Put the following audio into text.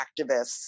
activists